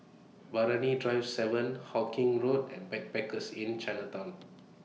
Brani Drive seven Hawkinge Road and Backpackers Inn Chinatown